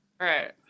right